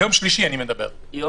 ביום שלישי אתה מכבד.